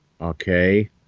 Okay